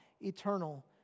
eternal